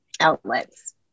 outlets